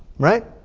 right?